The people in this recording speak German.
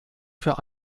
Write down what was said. für